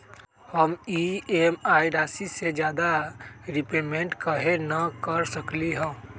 हम ई.एम.आई राशि से ज्यादा रीपेमेंट कहे न कर सकलि ह?